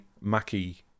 mackie